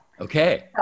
okay